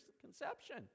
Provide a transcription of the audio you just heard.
conception